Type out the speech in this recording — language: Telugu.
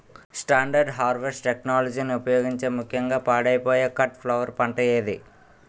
స్టాండర్డ్ హార్వెస్ట్ టెక్నాలజీని ఉపయోగించే ముక్యంగా పాడైపోయే కట్ ఫ్లవర్ పంట ఏది?